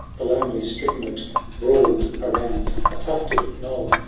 the lonely streamlet brawl'd around a tufted knou,